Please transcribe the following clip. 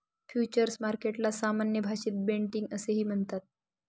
futures मार्केटला सामान्य भाषेत बेटिंग असेही म्हणतात